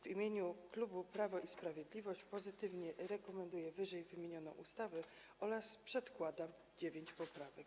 W imieniu klubu Prawo i Sprawiedliwość pozytywnie rekomenduję ww. ustawę oraz przedkładam dziewięć poprawek.